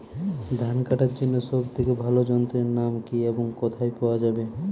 ধান কাটার জন্য সব থেকে ভালো যন্ত্রের নাম কি এবং কোথায় পাওয়া যাবে?